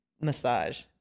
massage